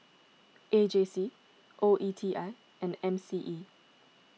A J C O E T I and M C E